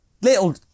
little